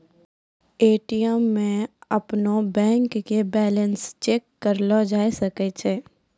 ATM मे अपनो bank के बैलेंस चेक करलो जाय सकै छै